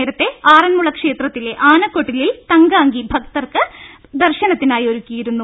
നേരത്തെ ആറന്മുള ക്ഷേത്രത്തിലെ ആനക്കൊട്ടിലിൽ തങ്കഅങ്കി ഭക്തർക്ക് ദർശനത്തിനായി ഒരുക്കിയിരുന്നു